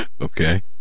okay